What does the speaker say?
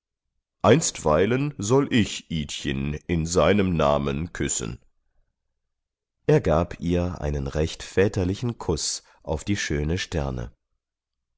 einstweilen soll ich idchen in seinem namen küssen er gab ihr einen recht väterlichen kuß auf die schöne stirne